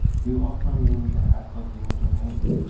you offer me the half of your domain.